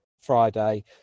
Friday